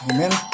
Amen